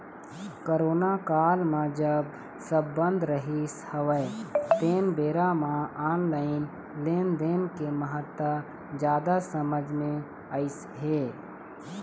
corona काल म जब सब बंद रहिस हवय तेन बेरा म ऑनलाइन लेनदेन के महत्ता जादा समझ मे अइस हे